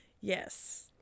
Yes